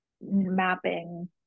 mapping